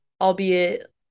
albeit